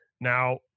Now